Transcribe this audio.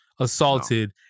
assaulted